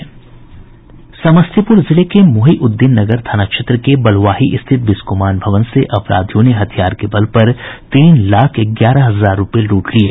समस्तीपुर जिले के मोहीउद्दीन नगर थाना क्षेत्र के बलुआही स्थित बिस्कोमान भवन से अपराधियों ने हथियार के बल पर तीन लाख ग्यारह हजार रूपये लूट लिये